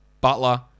Butler